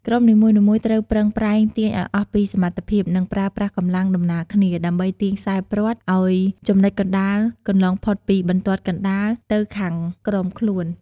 ក្រុមនីមួយៗត្រូវប្រឹងប្រែងទាញឱ្យអស់ពីសមត្ថភាព និងប្រើប្រាស់កម្លាំងដំណាលគ្នា ដើម្បីទាញខ្សែព្រ័ត្រឱ្យចំណុចកណ្ដាលកន្លងផុតពីបន្ទាត់កណ្ដាលទៅខាងក្រុមខ្លួន។